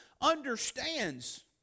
understands